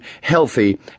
healthy